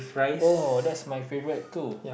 oh that's my favourite too